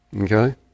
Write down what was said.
Okay